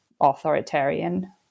authoritarian